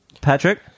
Patrick